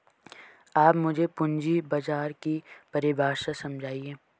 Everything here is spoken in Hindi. आप मुझे पूंजी बाजार की परिभाषा समझाइए